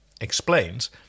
explains